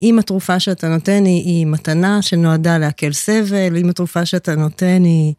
אם התרופה שאתה נותן היא מתנה שנועדה להקל סבל, אם התרופה שאתה נותן היא...